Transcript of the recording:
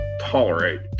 tolerate